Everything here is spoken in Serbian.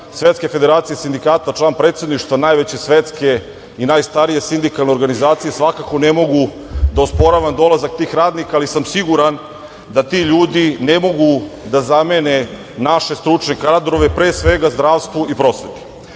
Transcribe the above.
Svetske federacije sindikata, član predsedništva najveće svetske i najstarije sindikalne organizacije, svakako ne mogu da osporavam dolazak tih radnika, ali sam siguran da ti ljudi ne mogu da zamene naše stručne kadrove, pre svega u zdravstvu i prosveti. Ono